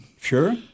Sure